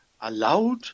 allowed